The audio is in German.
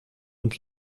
und